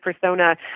persona